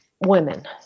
women